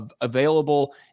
available